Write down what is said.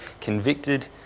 convicted